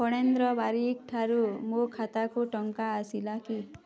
ଫଣେନ୍ଦ୍ର ବାରିକଠାରୁ ମୋ ଖାତାକୁ ଟଙ୍କା ଆସିଲା କି